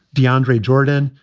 deandre jordan,